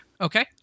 Okay